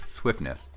Swiftness